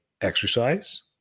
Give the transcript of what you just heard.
exercise